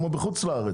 כמו בחו"ל?